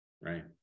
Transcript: right